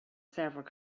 several